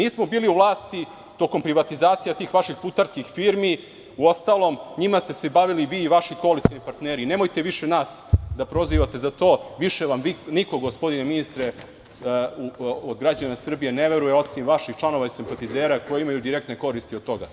Mi smo bili u vlasti tokom privatizacije tih vaših putarskih firmi, uostalom, njima ste se bavili vi i vaši koalicioni partneri i nemojte više nas da prozivate za to, više vam niko gospodine ministre od građana Srbije ne verujem, osim vaših članova i simpatizera, koji imaju direktne koristi od toga.